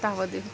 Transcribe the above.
तावदेव